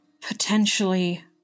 potentially